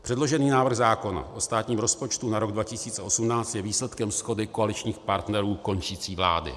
Předložený návrh zákona o státním rozpočtu na rok 2018 je výsledkem shody koaličních partnerů končící vlády.